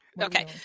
okay